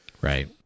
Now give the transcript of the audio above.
right